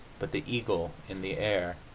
but the eagle in the air.